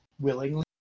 willingly